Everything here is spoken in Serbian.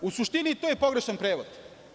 U suštini to je pogrešan prevod.